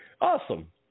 Awesome